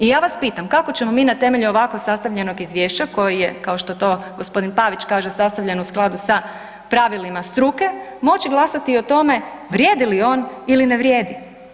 I ja vas pitam, kako ćemo mi na temelju ovako sastavljenog izvješća koje je kao što to gospodin Pavić kaže sastavljeno u skladu sa pravilima struke moći glasati o tome vrijedi li on ili ne vrijedi.